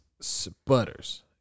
sputters